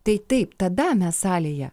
tai taip tada mes salėje